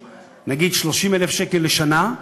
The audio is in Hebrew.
40,000 דולר לשנה,